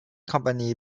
company